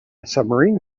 submarine